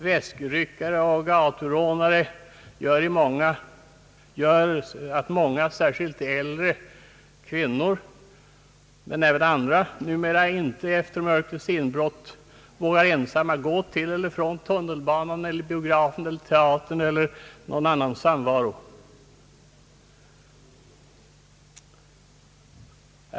Väskryckare och gaturånare gör att många, särskilt äldre kvinnor, numera inte efter mörkrets inbrott vågar ensamma gå till eller från tunnelbanan, biografen, teatern eller annan samvaro.